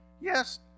yes